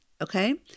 Okay